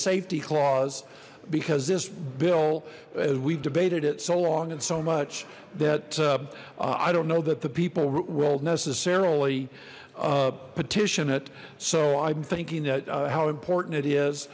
safety clause because this bill we've debated it so long and so much that i don't know that the people rule necessarily petition it so i'm thinking that how important it is